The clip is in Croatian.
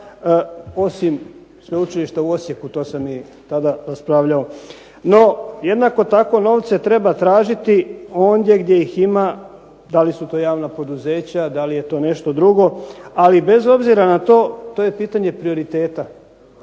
osim Sveučilišta u Osijeku to sam i tada raspravljao. No, jednako tako novce treba tražiti ondje gdje ih ima, da li su to javna poduzeća, da li je to nešto drugo, ali bez obzira na to, to je pitanje prioriteta.